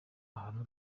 ahantu